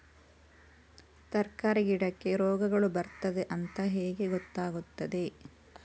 ತರಕಾರಿ ಗಿಡಕ್ಕೆ ರೋಗಗಳು ಬರ್ತದೆ ಅಂತ ಹೇಗೆ ಗೊತ್ತಾಗುತ್ತದೆ?